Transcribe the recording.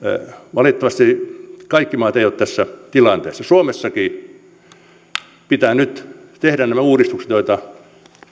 valitettavasti kaikki maat eivät ole tässä tilanteessa suomessakin pitää nyt tehdä nämä uudistukset joita